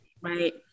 right